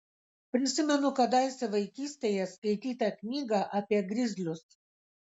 prisimenu kadaise vaikystėje skaitytą knygą apie grizlius